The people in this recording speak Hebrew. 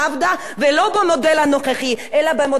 אלא במודל שאנחנו כולנו כל כך אוהבים לקלל.